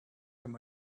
him